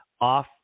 off